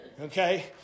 Okay